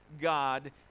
God